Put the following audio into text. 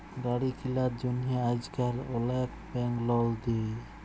গাড়ি কিলার জ্যনহে আইজকাল অলেক ব্যাংক লল দেই